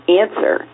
answer